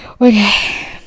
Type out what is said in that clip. okay